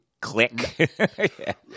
click